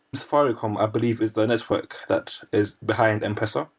safaricom, i believe, is the network that is behind m-pesa.